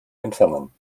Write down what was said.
entfernen